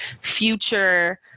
future